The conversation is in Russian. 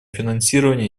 финансирования